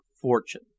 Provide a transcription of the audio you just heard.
fortune